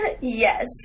Yes